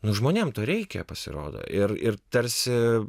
nu žmonėm to reikia pasirodo ir ir tarsi